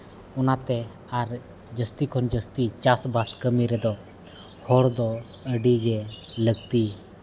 ᱚᱱᱟᱛᱮ ᱟᱨ ᱡᱟᱹᱥᱛᱤ ᱠᱷᱚᱱ ᱡᱟᱹᱥᱛᱤ ᱪᱟᱥᱵᱟᱥ ᱠᱟᱹᱢᱤ ᱨᱮᱫᱚ ᱦᱚᱲ ᱫᱚ ᱟᱹᱰᱤ ᱜᱮ ᱞᱟᱹᱠᱛᱤ